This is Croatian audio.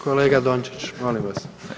Kolega Dončić, molim vas.